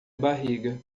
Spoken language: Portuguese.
barriga